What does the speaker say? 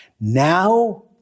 Now